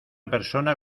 persona